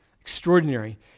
Extraordinary